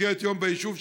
במסגרת יום ביישוב,